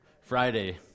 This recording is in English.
Friday